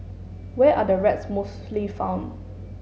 where are the rats mostly found